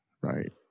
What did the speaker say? right